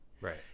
Right